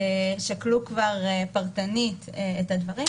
כבר שקלו פרטנית את הדברים,